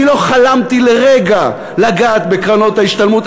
אני לא חלמתי לרגע לגעת בקרנות ההשתלמות,